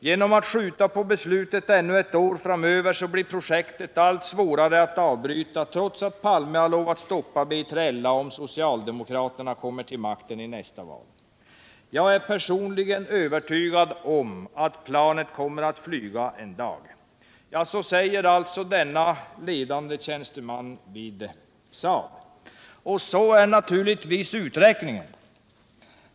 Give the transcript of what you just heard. Genom att skjuta på beslutet ännu ett år framöver blir projektet allt svårare att avbryta trots att Palme lovat stoppa B3LA om socialdemokraterna kommer till makten i nästa val. Jag är personligen övertygad om att planet kommer att flyga en dag.” Så säger alltså denna ledande tjänsteman vid Saab, och detta är naturligtvis också uträkningen.